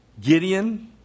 Gideon